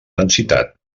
densitat